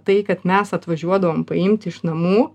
tai kad mes atvažiuodavom paimti iš namų